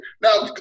Now